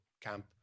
camp